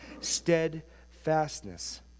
steadfastness